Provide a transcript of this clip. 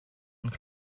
und